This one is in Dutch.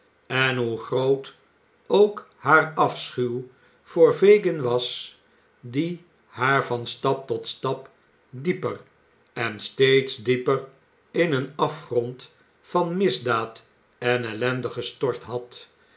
en hoe groot ook haar afschuw voor fagin was die haar van stap tot stap dieper en steeds dieper in een afgrond van misdaad en ellende gestort had